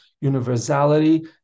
universality